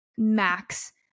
Max